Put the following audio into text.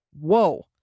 Whoa